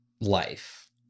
life